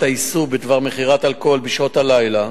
האיסור בדבר מכירת אלכוהול בשעות הלילה,